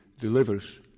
delivers